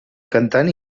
cantant